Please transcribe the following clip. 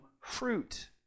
fruit